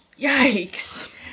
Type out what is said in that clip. yikes